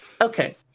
okay